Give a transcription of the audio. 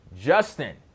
Justin